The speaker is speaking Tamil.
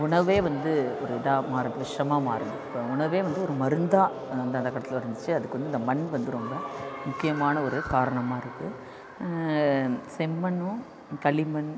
உணவே வந்து ஒரு இதாக மாற விஷமாக மாறுது இப்போ உணவே வந்து ஒரு மருந்தாக அந்தந்தக் கட்டத்தில் இருந்துச்சு அதுக்கு வந்து இந்த மண் வந்து ரொம்ப முக்கியமான ஒரு காரணமாக இருக்குது செம்மண்ணும் களிமண்